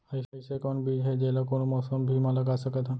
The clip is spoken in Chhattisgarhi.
अइसे कौन बीज हे, जेला कोनो मौसम भी मा लगा सकत हन?